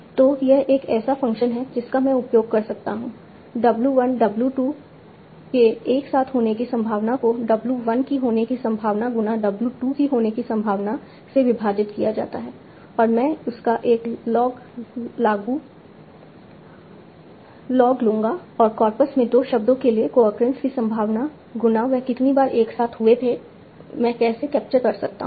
तो यह एक ऐसा फ़ंक्शन है जिसका मैं उपयोग कर सकता हूं w 1 w 2 के एक साथ होने की संभावना को w 1 की होने की संभावना गुना w 2 की होने की संभावना से विभाजित किया जाता है और मैं उसका एक लॉग लूँगा और कॉर्पस में 2 शब्दों के लिए अक्रेंस की संभावना गुना वह कितनी बार एक साथ हुए थे मैं कैसे कैप्चर कर सकता हूं